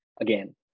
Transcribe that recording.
again